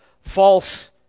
false